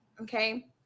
Okay